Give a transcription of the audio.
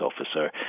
officer